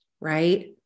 right